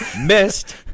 missed